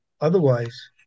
Otherwise